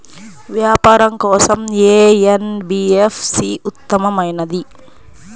వ్యాపారం కోసం ఏ ఎన్.బీ.ఎఫ్.సి ఉత్తమమైనది?